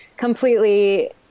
completely